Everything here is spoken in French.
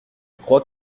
crois